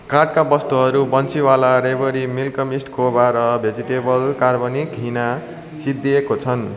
कार्टका वस्तुहरू बन्सिवाला रेवडी milk mist कोभा र भेजिटेबल कार्बनिक हिना सिद्धिएका छन्